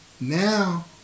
Now